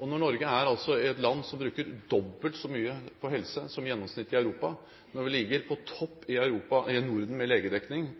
Når Norge er et land som bruker dobbelt så mye på helse som gjennomsnittet i Europa, når vi ligger på topp i Norden i legedekning